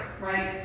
right